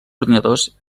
ordinadors